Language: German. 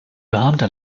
beamte